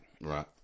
Right